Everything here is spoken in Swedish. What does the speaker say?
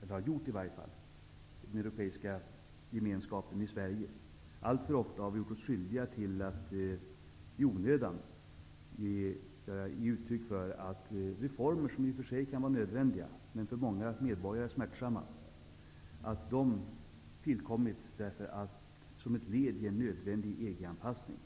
eller har gjort i alla fall -- en del för att diabolisera den europeiska gemenskapen i Sverige. Vi har alltför ofta gjort oss skyldiga till att i onödan ge uttryck för att reformer som i och för sig kan vara nödvändiga, men för många medborgare smärtsamma, tillkommit som ett led i en nödvändig EG-anpassning.